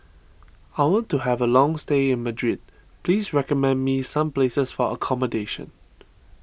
I want to have a long stay in Madrid please recommend me some places for accommodation